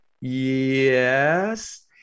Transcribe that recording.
yes